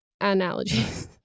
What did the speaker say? analogies